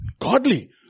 Godly